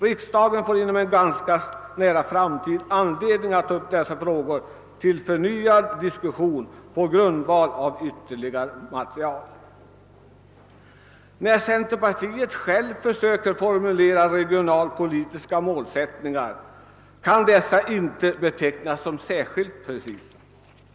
Riksdagen får inom en ganska nära framtid anledning att ta upp dessa frågor till förnyad diskussion på grundval av ytterligare material. När centerpartiet självt försöker formulera regionalpolitiska målsättningar kan dessa inte betecknas som särskilt precisa.